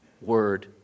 word